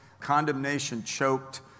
Condemnation-choked